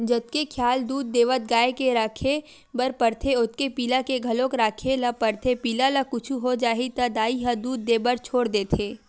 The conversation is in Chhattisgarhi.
जतके खियाल दूद देवत गाय के राखे बर परथे ओतके पिला के घलोक राखे ल परथे पिला ल कुछु हो जाही त दाई ह दूद देबर छोड़ा देथे